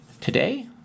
Today